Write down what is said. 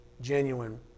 genuine